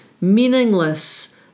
meaningless